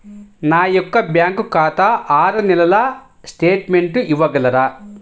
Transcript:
నా యొక్క బ్యాంకు ఖాతా ఆరు నెలల స్టేట్మెంట్ ఇవ్వగలరా?